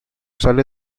sale